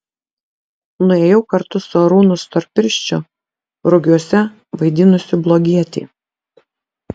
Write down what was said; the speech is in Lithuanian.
nuėjau kartu su arūnu storpirščiu rugiuose vaidinusiu blogietį